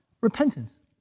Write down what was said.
repentance